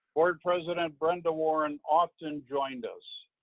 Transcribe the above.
board president brenda warren often joined us.